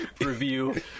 review